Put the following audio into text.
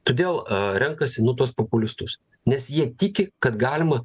todėl renkasi nu tuos populistus nes jie tiki kad galima